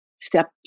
step